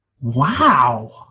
Wow